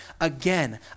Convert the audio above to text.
Again